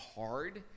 hard